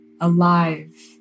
alive